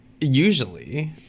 Usually